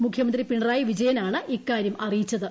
മുഖ്യമന്ത്രി പിണറായി വിജയനാണ് ഇക്കാര്യം അറിയിച്ചത്